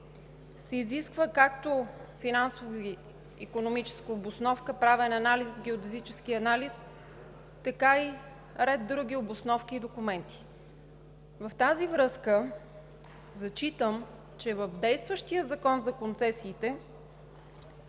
се изисква както финансово-икономическа обосновка, правен анализ, геодезически анализ, така и ред други обосновки и документи. В тази връзка зачитам, че в действащия Закон за концесиите